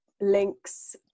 links